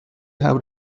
have